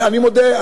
אני מודה,